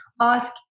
ask